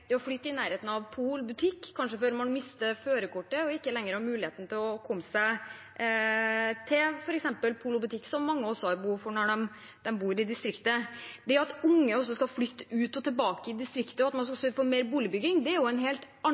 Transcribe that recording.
flytte i nærheten av pol og butikk. Kanskje mister man førerkortet og har ikke lenger mulighet til å komme seg til f.eks. pol og butikk, som mange også har behov for når de bor i distriktet. Det at unge flytter ut og tilbake til distriktet, og at man skal sørge for mer boligbygging, er en helt